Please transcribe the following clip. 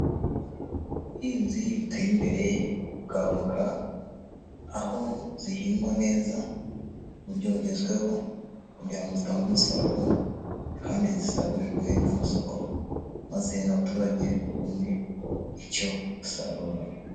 Ubuhinzi buteye imbere bwa avoka, aho zihingwa neza mu buryo bugezweho kugira ngo zitange umusaruro kandi zisagurirwe n'amasoko maze n'abaturage babone icyo basarurana.